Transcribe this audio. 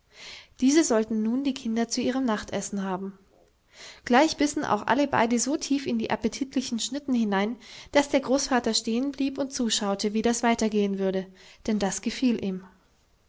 diese sollten nun die kinder zu ihrem nachtessen haben gleich bissen auch alle beide so tief in die appetitlichen schnitten hinein daß der großvater stehenblieb und zuschaute wie das weitergehen würde denn das gefiel ihm